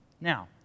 Now